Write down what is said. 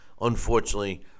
unfortunately